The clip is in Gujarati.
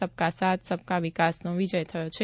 સબકા સાથ સબકા વિકાસનો વિજય થયો છે